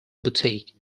boutique